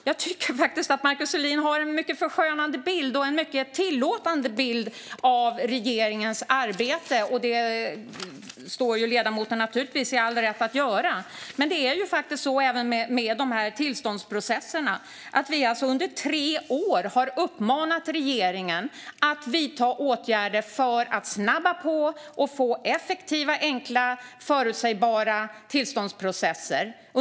Jag tycker faktiskt att Markus Selin ger en mycket förskönande och tillåtande bild av regeringens arbete, och det har ledamoten naturligtvis all rätt att göra. Men även när det gäller tillståndsprocesserna har vi under tre år uppmanat regeringen att vidta åtgärder för att snabba på så att vi får effektiva, enkla och förutsägbara processer.